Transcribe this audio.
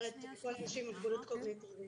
את כל האנשים עם המוגבלות הקוגניטיבית.